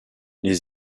les